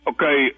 Okay